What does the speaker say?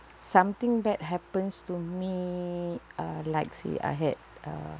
something bad happens to me uh like say I had uh